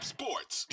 Sports